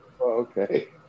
okay